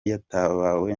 yatabawe